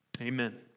Amen